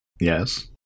Yes